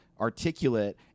articulate